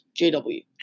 JW